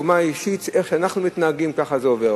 איך שאנחנו מתנהגים, ככה זה עובר.